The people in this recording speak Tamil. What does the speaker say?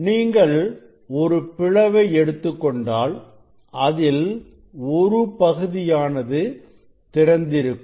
நீங்கள் ஒரு பிளவை எடுத்துக்கொண்டால் அதில் ஒரு பகுதியானது திறந்திருக்கும்